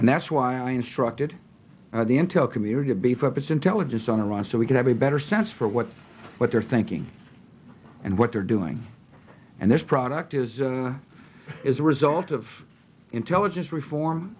and that's why i instructed the intel community to beef up its intelligence on iran so we could have a better sense for what what they're thinking and what they're doing and this product is is a result of intelligence reform